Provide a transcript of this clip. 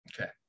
Okay